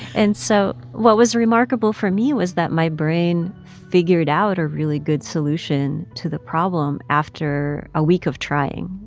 and so what was remarkable for me was that my brain figured out a really good solution to the problem after a week of trying,